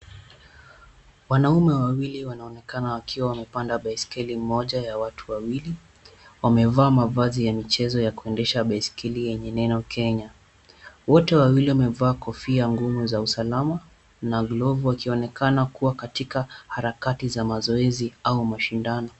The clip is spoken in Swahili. Wanaume wawili wanaonekana wakiwa wamepanda baiskeli moja ya watu wawili. Wamevaa mavazi ya mchezo ya kuendesha baiskeli yenye neno KENYA. Wote wawili wamevaa kopfiayenye nguvu za usalama na glovu na wakionekana kuwa katika harakati ya mazoezinau mashindano.